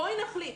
בואי נחליט.